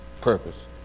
purpose